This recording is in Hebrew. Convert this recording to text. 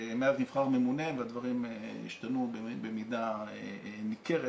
מאז נבחר ממונה והדברים השתנו במידה ניכרת,